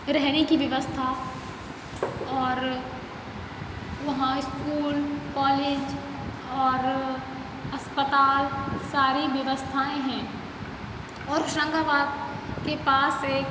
रहने की व्यवस्था और वहाँ स्कूल कॉलेज और अस्पताल सारी व्यवस्थाएँ हैं और होशंगाबाद के पास एक